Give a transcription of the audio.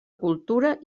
cultura